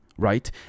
right